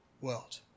world